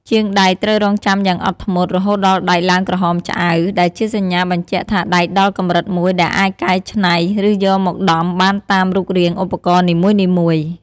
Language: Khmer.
ជាងដែកត្រូវរង់ចាំយ៉ាងអត់ធ្មត់ រហូតដល់ដែកឡើងក្រហមឆ្អៅ ដែលជាសញ្ញាបញ្ជាក់ថាដែកដល់កម្រិតមួយដែលអាចកែច្នៃ ឬយកមកដំបានតាមរូបរាងឧបករណ៍នីមួយៗ។